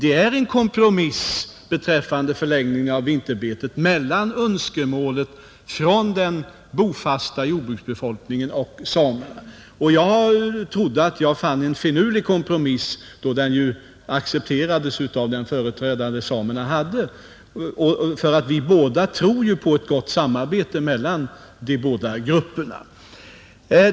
I fråga om förlängningen av tiden för vinterbetet är förslaget en kompromiss mellan önskemålen från den bofasta befolkningen och samerna. Jag trodde att jag hade funnit en finurlig kompromiss, då den accepterades av den företrädare samerna hade, Vi tror ju båda på ett gott samarbete mellan de båda grupperna.